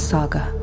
Saga